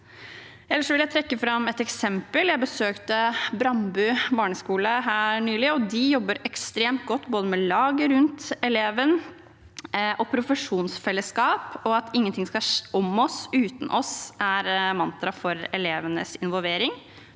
Jeg vil trekke fram et eksempel: Jeg besøkte Brandbu barneskole nylig, og de jobber ekstremt godt med både laget rundt eleven og profesjonsfellesskap. «Ingenting skal skje om oss uten oss» er et mantra for elevenes involvering.